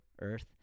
earth